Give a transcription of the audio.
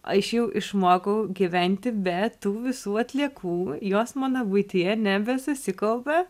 aš jau išmokau gyventi be tų visų atliekų jos mano buityje nebesusikaupia